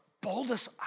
boldest